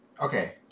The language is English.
Okay